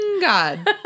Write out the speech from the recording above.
God